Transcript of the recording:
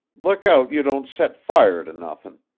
look out you don't set fire to nothing.